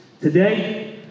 Today